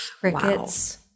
crickets